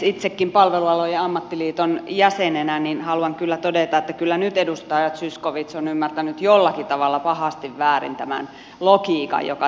itsekin palvelualojen ammattiliiton jäsenenä haluan todeta että kyllä nyt edustaja zyskowicz on ymmärtänyt jollakin tavalla pahasti väärin tämän logiikan joka tässä on